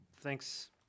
Thanks